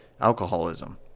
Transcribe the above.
alcoholism